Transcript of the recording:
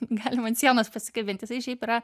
galima ant sienos pasikabinti jisai šiaip yra